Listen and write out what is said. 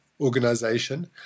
organization